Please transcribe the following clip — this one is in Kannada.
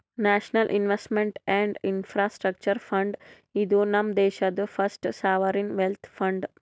national investment and infrastructure fund, ಇದು ನಮ್ ದೇಶಾದು ಫಸ್ಟ್ ಸಾವರಿನ್ ವೆಲ್ತ್ ಫಂಡ್